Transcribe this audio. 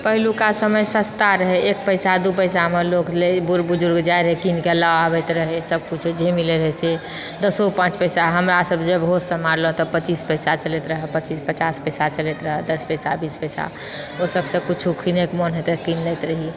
पहिलुका समय सस्ता रहय एक पैसा दू पैसामऽ लोक लै बुढ बुजुर्ग जाय रहै कीनकऽ लऽ आबैत रहय सब कुछ जे मिलैत रहै से दशो पाँच पैसा हमरासभ जब होश सम्हारलहुँ तऽ पच्चीस पैसा चलैत रहय पच्चीस पचास पैसा चलैत रहय दश पैसा बीस पैसा ओहिसभसँ कुछु कीनयकऽ मोन होयत रहऽ कीन लैत रही